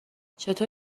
چطور